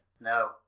No